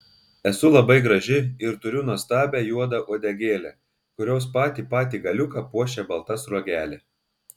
esu labai graži ir turiu nuostabią juodą uodegėlę kurios patį patį galiuką puošia balta sruogelė